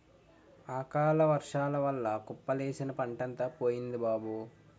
అకాలవర్సాల వల్ల కుప్పలేసిన పంటంతా పోయింది బాబూ